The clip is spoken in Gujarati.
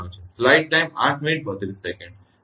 તેથી તે કેવી રીતે કરી શકાય છે